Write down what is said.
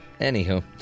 Anywho